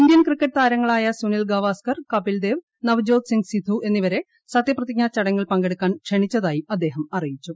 Indian cricket താരങ്ങളായ സുനിൽ ഗവാസ്കർ കപിൽദേവ് നവ്ജോത് സിങ് സിദ്ദു എന്നിവരെ സത്യപ്രതിജ്ഞ ചടങ്ങിൽ പങ്കെടുക്കാൻ ക്ഷണിച്ചതായും അദ്ദേഹം അറിയിച്ചു